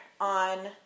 on